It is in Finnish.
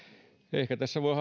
ehkä tässä voi